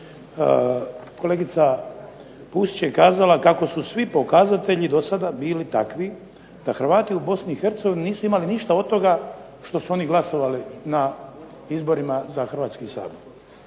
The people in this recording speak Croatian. kolegica Pusić je kazala kako su svi pokazatelji do sada bili takvi da Hrvati u Bosni i Hercegovini nisu imali ništa od toga što su oni glasovali na izborima za Hrvatski sabor.